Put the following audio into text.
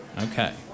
Okay